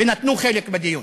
ונטלו חלק בדיון,